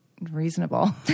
reasonable